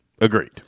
Agreed